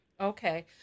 Okay